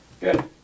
Good